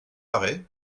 arrêt